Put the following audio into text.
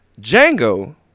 Django